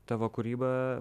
tavo kūryba